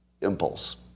impulse